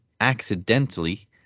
accidentally